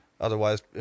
Otherwise